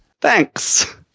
Thanks